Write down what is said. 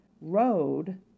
road